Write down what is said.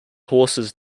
horses